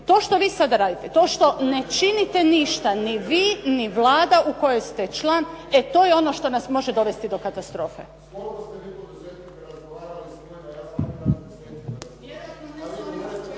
to što vi sada radite, to što ne činite ništa ni vi ni Vlada u kojoj ste član, e to je ono što nas može dovesti do katastrofe. **Bebić, Luka